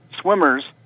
swimmers